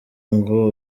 ngo